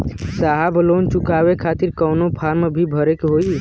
साहब लोन चुकावे खातिर कवनो फार्म भी भरे के होइ?